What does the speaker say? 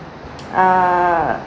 err